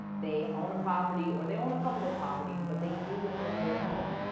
they own a property or they own a couple of properties but they do it on their own.